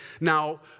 Now